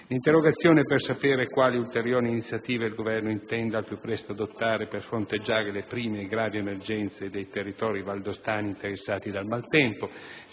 interrogazione, chiedo di sapere quali ulteriori iniziative il Governo intenda al più presto adottare per fronteggiare le prime gravi emergenze dei territori valdostani interessati dal maltempo,